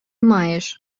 маєш